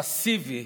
פסיבי,